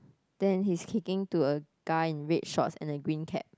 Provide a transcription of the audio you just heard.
then he's kicking to a guy in red shorts and a green cap